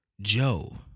Joe